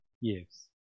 Yes